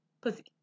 Pussy